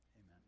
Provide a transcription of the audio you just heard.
amen